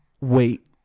Wait